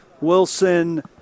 Wilson